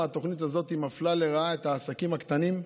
התוכנית הזאת מפלה לרעה את העסקים הקטנים,